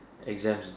exams